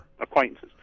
acquaintances